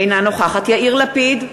אינה נוכחת יאיר לפיד,